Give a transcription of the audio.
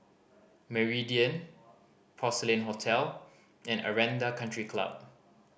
Meridian Porcelain Hotel and Aranda Country Club